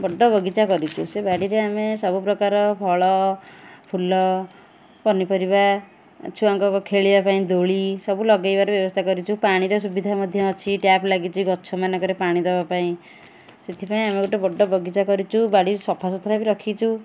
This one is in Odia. ବଡ଼ ବଗିଚା କରିଛୁ ସେ ବାଡ଼ିରେ ଆମେ ସବୁପ୍ରକାର ଫଳ ଫୁଲ ପନିପରିବା ଛୁଆଙ୍କ ଖେଳିଆ ପାଇଁ ଦୋଳି ସବୁ ଲଗେଇବାରେ ବ୍ୟବସ୍ଥା କରିଛୁ ପାଣିର ସୁବିଧା ମଧ୍ୟ ଅଛି ଟ୍ୟାପ୍ ଲାଗିଛି ଗଛ ମାନଙ୍କରେ ପାଣି ଦେବାପାଇଁ ସେଥିପାଇଁ ଆମେ ଗୋଟେ ବଡ଼ ବଗିଚା କରିଛୁ ବାଡ଼ିକୁ ସଫାସୁତୁରା ବି ରଖିଛୁ